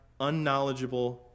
unknowledgeable